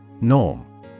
Norm